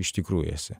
iš tikrųjų esi